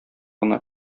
гына